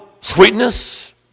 sweetness